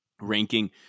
ranking